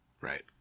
Right